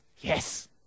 Yes